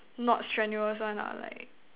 not strenuous one lah like